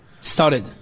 Started